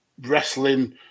wrestling